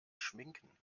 schminken